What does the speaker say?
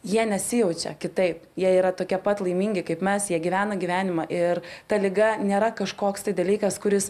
jie nesijaučia kitaip jie yra tokie pat laimingi kaip mes jie gyvena gyvenimą ir ta liga nėra kažkoks dalykas kuris